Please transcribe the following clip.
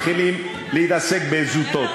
מתחילים להתעסק בזוטות.